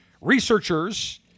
Researchers